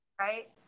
right